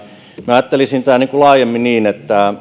minä ajattelisin tämän laajemmin niin kuten